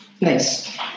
nice